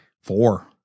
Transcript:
Four